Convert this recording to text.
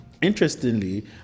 interestingly